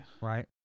Right